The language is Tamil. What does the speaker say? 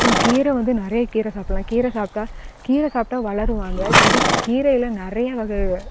அப்புறம் கீரை வந்து நிறைய கீரை சாப்பிட்லாம் கீரை சாப்பிட்டா கீரை சாப்பிட்டா வளருவாங்க சிறு கீரையில் நிறைய வகை